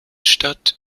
stadt